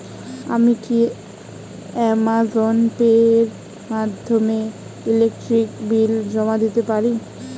আমি কি Amazon pay এর মাধ্যমে ইলেকট্রিক বিল জমা দিতে পারি?